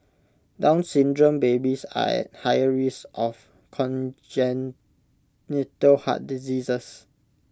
down syndrome babies are at higher risk of congenital heart diseases